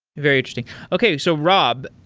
very interesting. okay. so, rob,